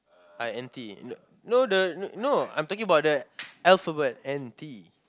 I anti no no the no I'm talking about the alphabet N T